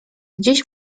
gdzieś